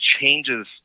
changes